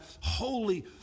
holy